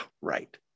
right